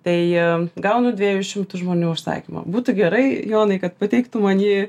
tai gaunu dviejų šimtų žmonių užsakymą būtų gerai jonai kad pateiktum man jį